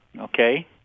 Okay